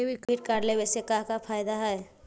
Debit card लेवे से का का फायदा है?